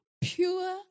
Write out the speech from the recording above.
pure